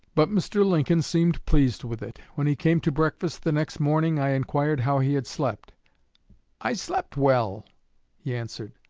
but mr. lincoln seemed pleased with it. when he came to breakfast the next morning, i inquired how he had slept i slept well he answered,